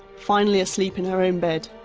finally asleep in her own bed.